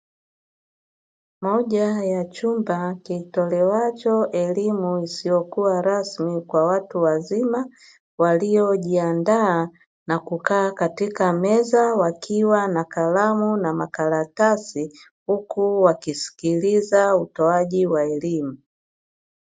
Moja ya chumba kitolewacho elimu isiyokuwa rasmi kwa watu wazima, waliojiandaa na kukaa katika meza wakiwa na kalamu na makaratasi huku wakisikiliza utoaji wa elimu.